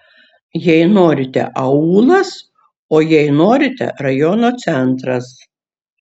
jei norite aūlas o jei norite rajono centras